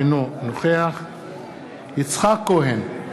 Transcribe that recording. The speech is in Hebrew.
אינו נוכח יצחק כהן,